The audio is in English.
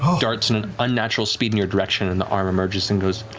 um darts in an unnatural speed in your direction, and the arm emerges and goes.